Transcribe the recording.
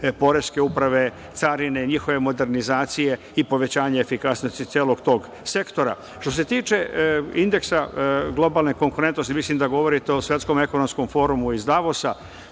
poreske uprave, carine, njihove modernizacije i povećanja efikasnosti celog tog sektora. Što se tiče indeksa globalne konkurentnosti, mislim da govorite o Svetskom ekonomskom forumu iz Davosa.